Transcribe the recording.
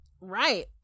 right